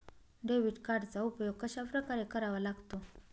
Debit कार्डचा उपयोग कशाप्रकारे करावा लागतो?